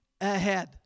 ahead